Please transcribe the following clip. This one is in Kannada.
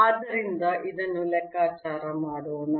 ಆದ್ದರಿಂದ ಇದನ್ನು ಲೆಕ್ಕಾಚಾರ ಮಾಡೋಣ